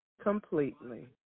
completely